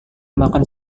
makan